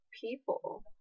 people